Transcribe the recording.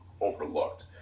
overlooked